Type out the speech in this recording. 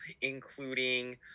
including